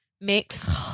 Mix